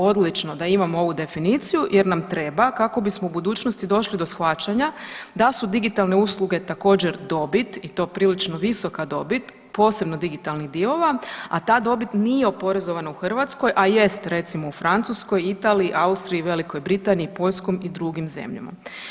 Odlično da imamo ovu definiciju jer nam treba kako bismo u budućnosti došli do shvaćanja da su digitalne usluge također dobit i to prilično visoka dobit posebno digitalnih divova, a ta dobit nije oporezovana u Hrvatskoj, a jest recimo u Francuskoj, Italiji, Austriji, Velikoj Britaniji, Poljskoj i drugim zemljama.